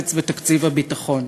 נקצץ בתקציב הביטחון.